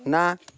ନା